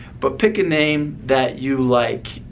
but pick a name that you like.